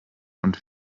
und